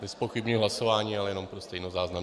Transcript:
Nezpochybňuji hlasování, ale jenom pro stejnozáznam.